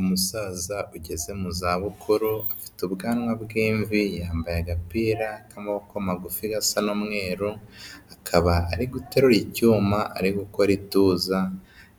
Umusaza ugeze mu zabukuru afite ubwanwa bw'imvi, yambaye agapira k'amaboko magufi gasa n'umweru, akaba ari guterura icyuma ari gukora ituza,